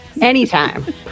Anytime